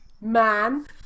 Man